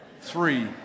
three